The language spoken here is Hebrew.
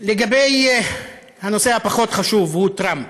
לגבי הנושא הפחות-חשוב, והוא טראמפ,